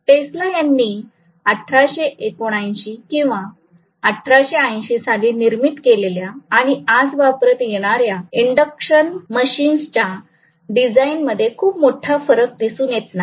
Tesla यांनी 1879 किंवा 1880 साली निर्मित केलेल्या आणि आज वापरात येण्याऱ्या इंडक्शन मशीन्स च्या डिझाईन मध्ये खूप मोठा फरक दिसून येत नाही